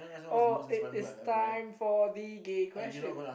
oh it is time for the gay question